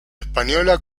española